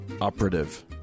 operative